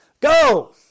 Go